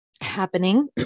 happening